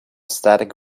static